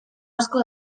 asko